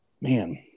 man